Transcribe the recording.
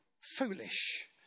foolish